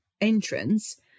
entrance